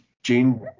Gene